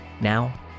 Now